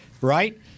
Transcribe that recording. right